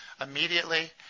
immediately